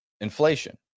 inflation